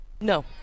No